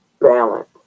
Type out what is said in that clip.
balance